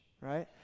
right